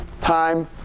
time